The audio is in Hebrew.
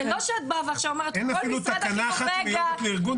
אין אפילו תקנה אחת --- לארגון.